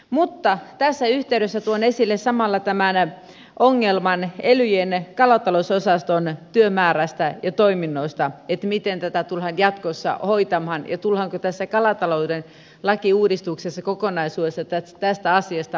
mutta tässä yhteydessä tuon esille samalla tämän ongelman elyjen kalatalousosaston työmäärästä ja toiminnoista miten tätä tullaan jatkossa hoitamaan ja tullaanko tässä kalatalouden lakiuudistuksessa kokonaisuudessa tästä asiasta selviämään